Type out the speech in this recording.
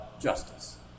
justice